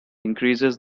increases